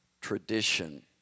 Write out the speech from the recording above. tradition